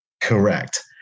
Correct